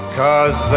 cause